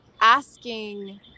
asking